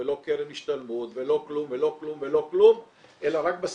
לא קרן השתלמות ולא כלום ולא כלום אלא רק בסיס.